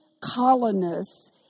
colonists